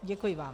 Děkuji vám.